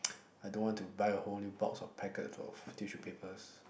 I don't want to buy a whole new box or packet of tissue papers